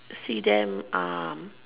see them um